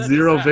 Zero